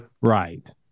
Right